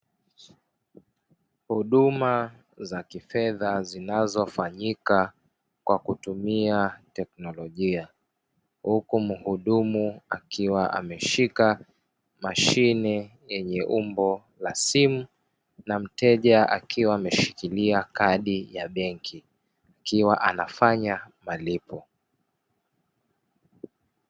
Huduma za kifedha zinazofanyika kwa kutumia teknolojia, huku mhudumu akiwa ameshika mashine yenye umbo la simu, na mteja akiwa ameshikilia kadi ya benki akiwa anafanya malipo.